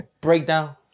breakdown